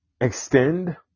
extend